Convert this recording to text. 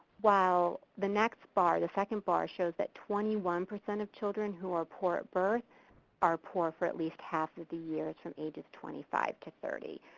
while the next bar, the second bar, shows that twenty one percent of children who are poor at birth are poor for at least half of the years from ages twenty five to thirty.